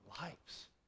lives